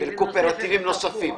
ולקואופרטיבים נוספים לתעבורה.